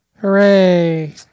Hooray